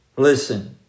Listen